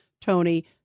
Tony